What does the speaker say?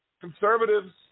Conservatives